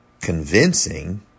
convincing